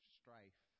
strife